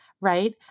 right